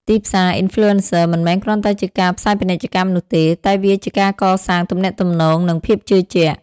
ទីផ្សារ Influencer មិនមែនគ្រាន់តែជាការផ្សាយពាណិជ្ជកម្មនោះទេ តែវាជាការកសាងទំនាក់ទំនង និងភាពជឿជាក់។